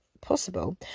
possible